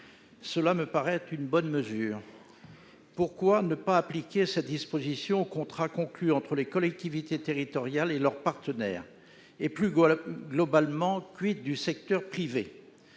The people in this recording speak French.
Cela me paraît être une bonne mesure. Pourquoi ne pas appliquer cette disposition aux contrats conclus entre les collectivités territoriales et leurs partenaires ? Plus globalement, du secteur privé ?